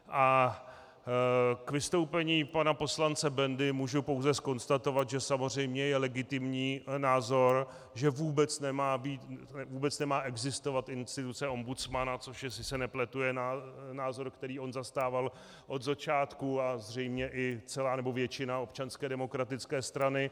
A k vystoupení pana poslance Bendy můžu pouze zkonstatovat, že je samozřejmě legitimní názor, že vůbec nemá existovat instituce ombudsmana, což je, jestli se nepletu, názor, který on zastával od začátku, a zřejmě i většina Občanské demokratické strany.